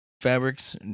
fabrics